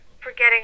forgetting